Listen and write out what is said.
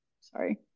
sorry